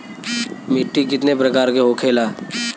मिट्टी कितने प्रकार के होखेला?